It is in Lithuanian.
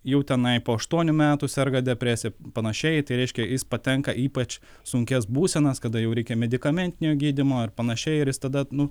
jau tenai po aštuonių metų serga depresija panašiai tai reiškia jis patenka į ypač sunkias būsenas kada jau reikia medikamentinio gydymo ar panašiai ir jis tada nu